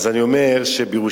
אז אני אומר שבירושלים,